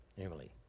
Emily